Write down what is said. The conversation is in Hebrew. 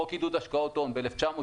חוק עידוד השקעות הון ב-1965,